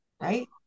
right